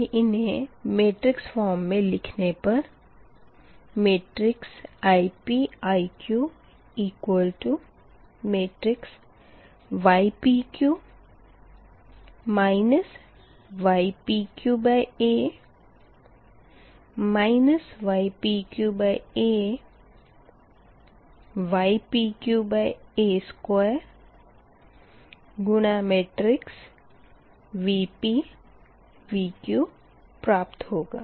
अब इन्हें matrix form मे लिखने पर Ip Iq ypq ypqa ypqa ypqa2 Vp Vq प्राप्त होगा